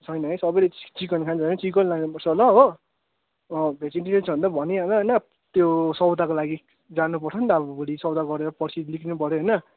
छैन है सबैले चिकन खान्छ है चिकन लानुपर्छ होला हो भेजेटेरियन छ भने त भनी हाल हैन त्यो सौदाको लागि जानु पर्छ नि त अब भोलि सौदा गरेर पर्सी निक्लिनु पऱ्यो होइन